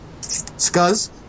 Scuzz